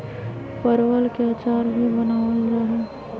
परवल के अचार भी बनावल जाहई